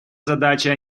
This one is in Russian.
задача